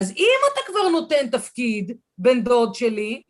אז אם אתה כבר נותן תפקיד, בן דוד שלי,